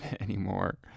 anymore